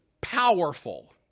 powerful